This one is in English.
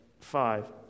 five